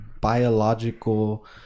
biological